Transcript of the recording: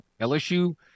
LSU